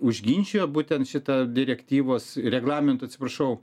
užginčijo būtent šita direktyvos reglamento atsiprašau